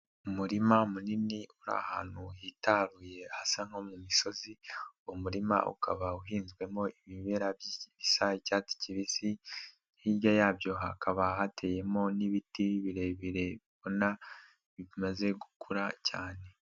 Umurima munini uri ahantu hitaruye hasa nko mu misozi, umurima ukaba uhinzwemo ibimera bisa icyatsi kibisi, hirya yabyo hakaba hateyemo n'ibiti birebire ubona bimaze gukura cyane.